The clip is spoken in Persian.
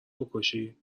بکشی